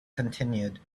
continued